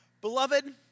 Beloved